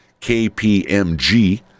KPMG